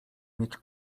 mieć